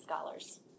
scholars